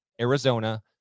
Arizona